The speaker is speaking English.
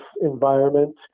environment